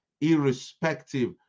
irrespective